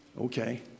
Okay